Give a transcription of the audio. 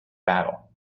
battle